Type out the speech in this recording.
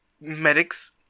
Medic's